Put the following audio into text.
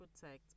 protect